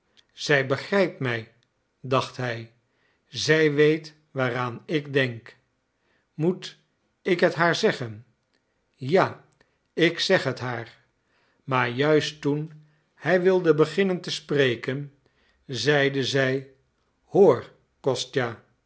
zij begrijpt mij dacht hij zij weet waaraan ik denk moet ik het haar zeggen ja ik zeg het haar maar juist toen hij wilde beginnen te spreken zeide zij hoor kostja